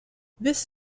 this